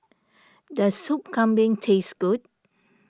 does Sup Kambing taste good